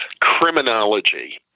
criminology